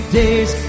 days